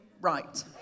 right